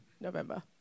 November